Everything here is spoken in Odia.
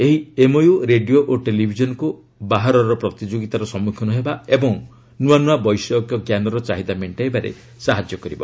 ଏହି ଏମଓୟ ରେଡିଓ ଓ ଟେଲିଭିଜନକୁ ବାହାରର ପ୍ରତିଯୋଗିତାର ସମ୍ମୁଖୀନ ହେବା ଏବଂ ନୂଆ ନୂଆ ବୈଷୟିକ ଜ୍ଞାନର ଚାହିଦା ମେଣ୍ଟାଇବାରେ ସାହାଯ୍ୟ କରିବ